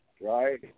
right